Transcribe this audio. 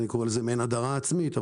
זה מעין הדרה עצמית,